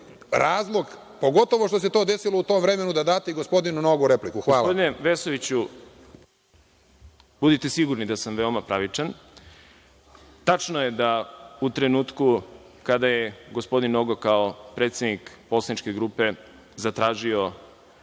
razlog, pogotovo što se to desilo u to vreme, da date i gospodinu Nogu repliku. Hvala. **Đorđe Milićević** Gospodine Vesoviću, budite sigurni da sam veoma pravičan. Tačno je da u trenutku kada je gospodin Nogo, kao predsednik poslaničke grupe, zatražio